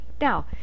now